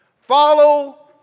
Follow